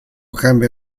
cambia